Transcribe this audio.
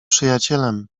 przyjacielem